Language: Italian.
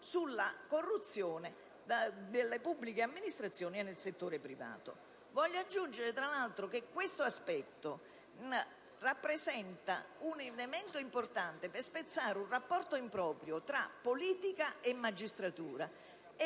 sulla corruzione nelle pubbliche amministrazioni e nel settore privato. Voglio aggiungere che questo aspetto rappresenta un elemento importante per spezzare un rapporto improprio tra politica e magistratura